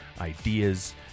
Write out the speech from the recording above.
ideas